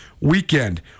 weekend